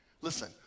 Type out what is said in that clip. Listen